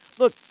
Look